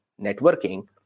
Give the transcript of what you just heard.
networking